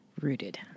Rooted